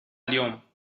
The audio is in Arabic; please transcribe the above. اليوم